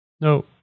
No